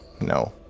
no